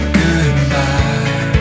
goodbye